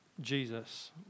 Jesus